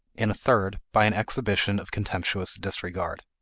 in a third by an exhibition of contemptuous disregard.